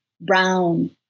brown